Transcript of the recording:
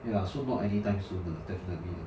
ya so not anytime soon lah definitely